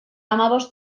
hamabost